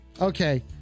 Okay